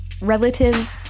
Relative